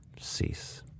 cease